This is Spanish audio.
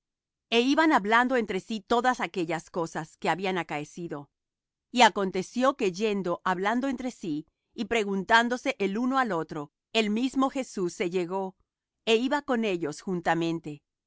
e iban hablando entre sí de todas aquellas cosas que habían acaecido y aconteció que yendo hablando entre sí y preguntándose el uno al otro el mismo jesús se llegó é iba con ellos juntamente